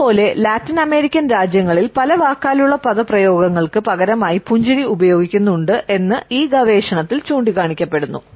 അതുപോലെ ലാറ്റിനമേരിക്കൻ രാജ്യങ്ങളിൽ പല വാക്കാലുള്ള പദപ്രയോഗങ്ങൾക്ക് പകരമായി പുഞ്ചിരി ഉപയോഗിക്കുന്നുണ്ട് എന്ന് ഈ ഗവേഷണത്തിൽ ചൂണ്ടിക്കാണിക്കപ്പെടുന്നു